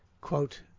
Quote